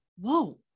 whoa